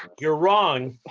you're wrong.